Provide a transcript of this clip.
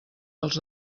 dels